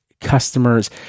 customers